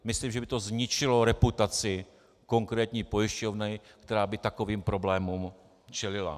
Myslím, že by to zničilo reputaci konkrétní pojišťovny, která by takovým problémům čelila.